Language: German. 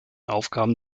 aufgaben